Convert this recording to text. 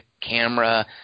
camera